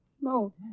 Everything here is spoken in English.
No